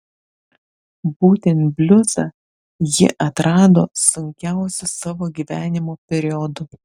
būtent bliuzą ji atrado sunkiausiu savo gyvenimo periodu